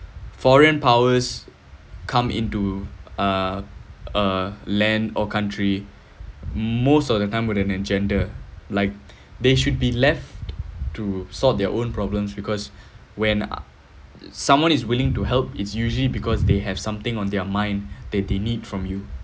foreign powers come into a a land or country most of the time with an agenda like they should be left to sort their own problems because when someone is willing to help it's usually because they have something on their mind they they need from you